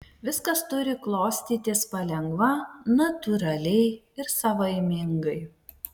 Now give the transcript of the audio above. viskas turi klostytis palengva natūraliai ir savaimingai